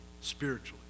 spiritually